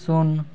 ଶୂନ